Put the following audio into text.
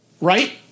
Right